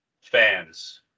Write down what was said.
fans